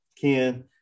Ken